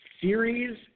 series